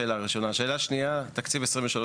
השאלה השנייה היא לגבי תקציב 23-24,